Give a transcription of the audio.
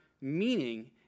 meaning